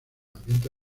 ambiente